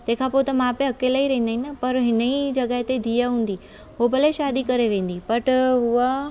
तंहिंखां पोइ त माउ पीउ अकेला ई रहंदा आहिनि पर हिनई जगह ते धीअ हूंदी हूअ भले शादी करे वेंदी बट उहा